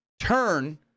turn